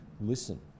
listen